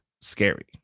scary